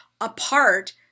apart